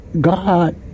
God